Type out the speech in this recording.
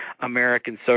American